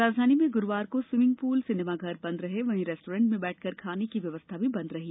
राजधानी में गुरूवार को स्वीभिंग पूल सिनेमाघर बंद रहे वहीं रेस्टोरेंट में बैठकर खाने की व्यवस्था भी बंद रही